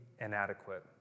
inadequate